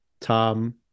Tom